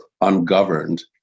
ungoverned